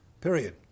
period